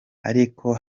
ariko